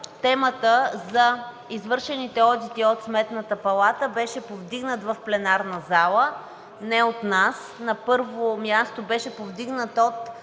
темата за извършените одити от Сметната палата беше повдигнат в пленарна зала не от нас, на първо място, беше повдигнат от